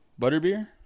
Butterbeer